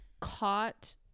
caught